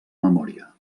memòria